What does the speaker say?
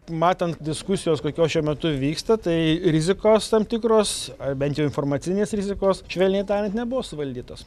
matant diskusijos kokios šiuo metu vyksta tai rizikos tam tikros ar bent jau informacinės rizikos švelniai tariant nebuvo suvaldytos